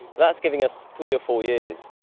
that's giving us three or fours years.